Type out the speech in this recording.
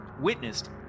witnessed